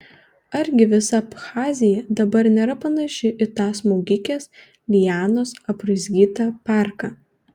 argi visa abchazija dabar nėra panaši į tą smaugikės lianos apraizgytą parką